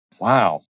Wow